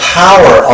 power